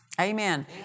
Amen